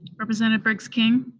representative briggs king?